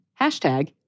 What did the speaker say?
hashtag